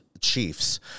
Chiefs